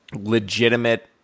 legitimate